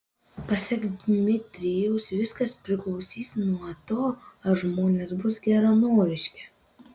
pasak dmitrijaus viskas priklausys nuo to ar žmonės bus geranoriški